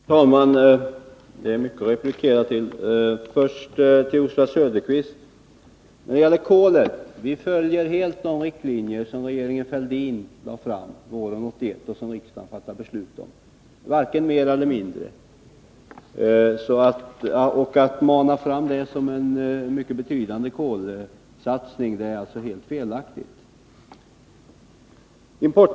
Fru talman! Det är mycket att replikera på. Först till Oswald Söderqvist: Beträffande kolet följer vi helt de riktlinjer som regeringen Fälldin lade fram våren 1981 och som riksdagen fattade beslut om — varken mer eller mindre. Att mana fram det som en mycket betydande kolsatsning är alltså helt felaktigt.